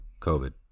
covid